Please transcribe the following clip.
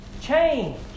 change